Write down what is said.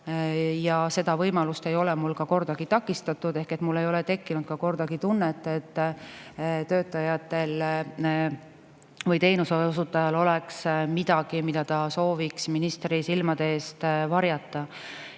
Ja seda ei ole mul kordagi takistatud ehk mul ei ole tekkinud kordagi tunnet, et töötajatel või teenuse osutajal oleks midagi, mida ta sooviks ministri silmade eest varjata.